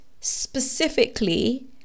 specifically